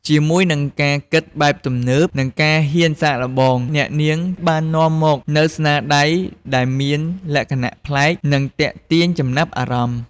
ជាមួយនឹងការគិតបែបទំនើប និងការហ៊ានសាកល្បង អ្នកនាងបាននាំមកនូវស្នាដៃដែលមានលក្ខណៈប្លែក និងទាក់ទាញចំណាប់អារម្មណ៍។